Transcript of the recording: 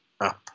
up